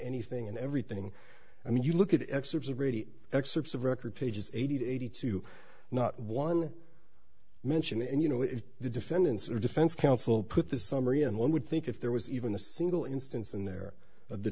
anything and everything i mean you look at excerpts of ready excerpts of record pages eighty to eighty two not one mention and you know if the defendants or defense counsel put the summary in one would think if there was even a single instance in there of the